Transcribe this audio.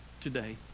today